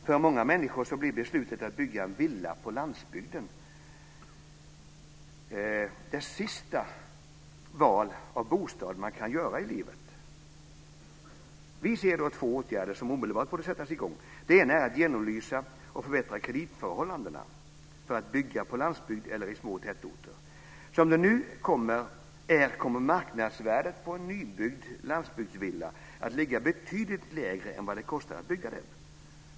För många människor blir beslutet att bygga en villa på landsbygden det sista val av bostad som man kan göra i livet. Vi ser då två åtgärder som omedelbart borde sättas i gång. Det ena är att genomlysa och förbättra kreditförhållandena för att bygga på landsbygd eller i små tätorter. Som det nu är kommer marknadsvärdet på en nybyggd landsbygdsvilla att ligga betydligt lägre än vad det kostar att bygga den.